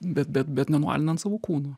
bet bet bet nenualinant savo kūno